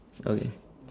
okay